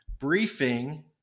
Briefing